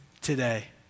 today